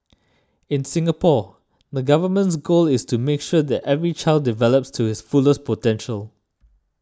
in Singapore the Government's goal is to make sure that every child develops to his fullest potential